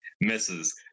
Misses